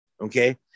Okay